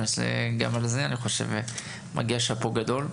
אז גם על זה אני חושב מגיע שאפו גדול,